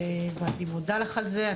ואני מודה לך על זה.